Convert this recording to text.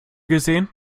gesehen